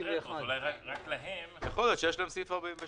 אולי רק להם --- יכול להיות שיש להם אישור לעניין סעיף